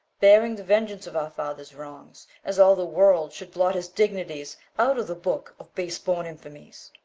bearing the vengeance of our father's wrongs, as all the world should blot his dignities out of the book of base-born infamies.